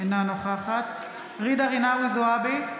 אינה נוכחת ג'ידא רינאוי זועבי,